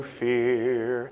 fear